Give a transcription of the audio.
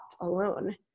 alone